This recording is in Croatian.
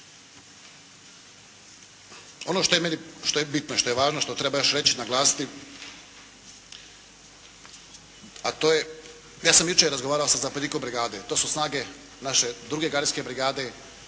Ono što je bitno i što je važno i što treba još reći i naglasiti a to je ja sam jučer razgovarao sa zapovjednikom brigade, to su snage naše 2. gardijske brigade.